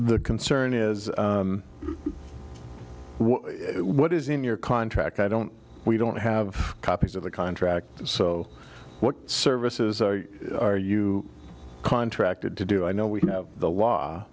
the concern is what is in your contract i don't we don't have copies of the contract so what services are you contracted to do i know we know the law